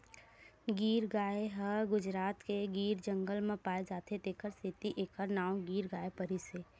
गीर गाय ह गुजरात के गीर जंगल म पाए जाथे तेखर सेती एखर नांव गीर गाय परिस हे